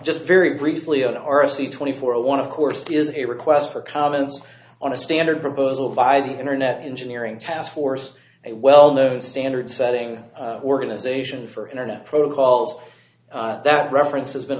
just very briefly on the r c twenty four a one of course is a request for comments on a standard proposal by the internet engineering task force a well known standard setting organization for internet protocols that reference has been